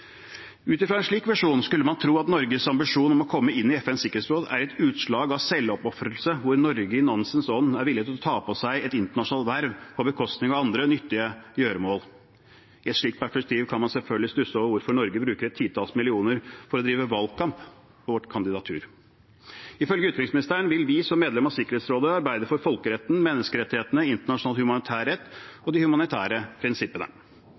Ut fra en slik visjon skulle man tro at Norges ambisjon om å komme inn i FNs sikkerhetsråd er et utslag av selvoppofrelse hvor Norge i Nansens ånd er villig til å ta på seg et internasjonalt verv, på bekostning av alle andre nyttige gjøremål. I et slikt perspektiv kan man selvfølgelig stusse over hvorfor Norge bruker et titalls millioner kroner på å drive valgkamp for vårt kandidatur. Ifølge utenriksministeren vil vi som medlem av Sikkerhetsrådet arbeide for folkeretten, menneskerettighetene, internasjonal humanitær rett og de humanitære prinsippene.